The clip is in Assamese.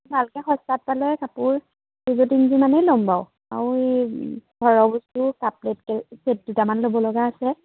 ভালকে সস্তাত পালে কাপোৰ দুযোৰ তিনিযোৰ মানেই ল'ম বাৰু আৰু ঘৰৰ বস্তু কাপ প্লেট প্লেট ছেট দুটামান ল'ব লগা আছে